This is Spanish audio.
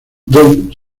don